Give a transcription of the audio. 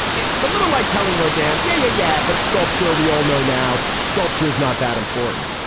it's a little like telling rhoden. yeah, yeah. but sculpture, we all know now sculpture is not that important.